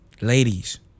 ladies